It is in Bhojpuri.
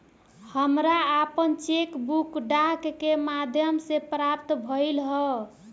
हमरा आपन चेक बुक डाक के माध्यम से प्राप्त भइल ह